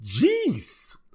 Jeez